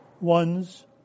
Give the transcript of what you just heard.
one's